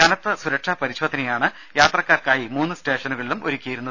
കനത്ത സുരക്ഷാ പരിശോധനയാണ് യാത്രക്കാർക്കായി മൂന്ന് സ്റ്റേഷനുകളിലും ഒരുക്കിയിരുന്നത്